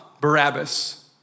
Barabbas